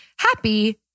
HAPPY